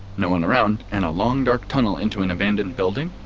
no one around, and a long dark tunnel into an abandoned building?